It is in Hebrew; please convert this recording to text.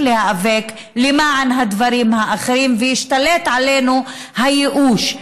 להיאבק למען הדברים האחרים וישתלט עלינו הייאוש,